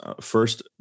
first